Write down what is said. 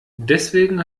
deswegen